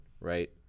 right